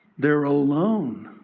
they're alone,